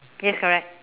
yes correct